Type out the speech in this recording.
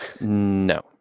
No